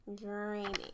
draining